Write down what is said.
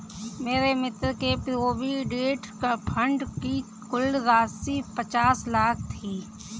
मेरे मित्र के प्रोविडेंट फण्ड की कुल राशि पचास लाख थी